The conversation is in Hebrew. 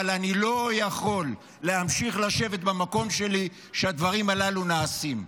אבל אני לא יכול להמשיך לשבת במקום שלי כשהדברים הללו נעשים.